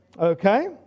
Okay